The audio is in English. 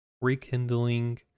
rekindling